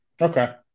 Okay